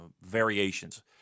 variations